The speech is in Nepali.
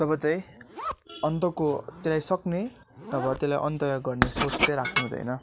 तब चाहिँ अन्तको त्यसलाई सक्ने नभए त्यसलाई अन्त गर्ने सोच चाहिँ राख्नु हुँदैन